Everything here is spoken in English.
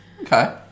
okay